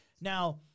Now